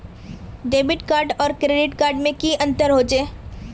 Debit card आर credit card में की अंतर होचे?